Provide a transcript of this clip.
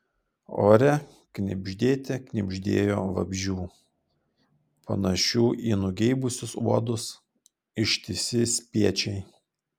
ore knibždėte knibždėjo vabzdžių panašių į nugeibusius uodus ištisi spiečiai